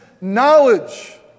knowledge